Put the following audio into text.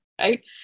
right